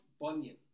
bunion